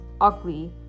ugly